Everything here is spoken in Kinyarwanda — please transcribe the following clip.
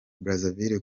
brazaville